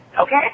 Okay